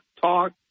talk